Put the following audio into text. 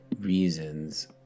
reasons